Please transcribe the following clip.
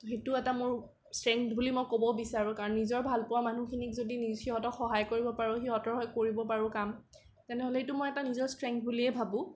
সেইটো এটা মোৰ ষ্ট্ৰেংথ বুলি মই ক'ব বিচাৰোঁ কাৰণ নিজৰ ভালপোৱা মানুহখিনিক যদি সিহঁতক সহায় কৰিব পাৰোঁ সিহঁতৰ হৈ কৰিব পাৰোঁ কাম তেনেহ'লে সেইটো এটা মই নিজৰ ষ্ট্ৰেংথ বুলিয়ে ভাৱোঁ